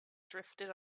drifted